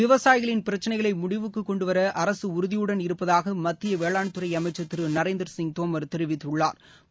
விவசாயிகளின் பிரச்சினைகளை முடிவுக்குக் கொண்டுவர அரசு உறுதியுடன் இருப்பதாக மத்திய வேளாண்துறை அமைச்சா் திரு நரேந்திரசிங் தோமா் தெரிவித்துள்ளாா்